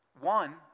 One